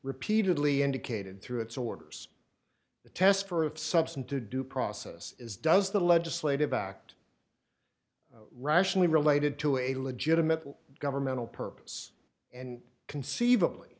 repeatedly indicated through its orders the test for of substantive due process is does the legislative act rationally related to a legitimate governmental purpose and conceivably